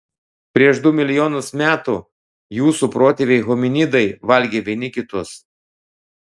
prieš du milijonus metų jūsų protėviai hominidai valgė vieni kitus